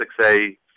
6A